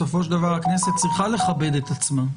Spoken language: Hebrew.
בסופו של דבר, הכנסת צריכה לכבד את עצמה,